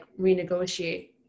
renegotiate